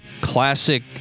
classic